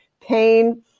pain